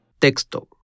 Texto